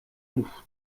nous